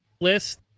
list